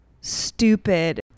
stupid